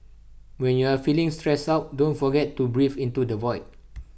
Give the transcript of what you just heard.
when you are feeling stressed out don't forget to breathe into the void